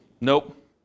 Nope